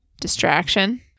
distraction